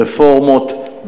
רפורמות,